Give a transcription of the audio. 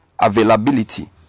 availability